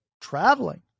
traveling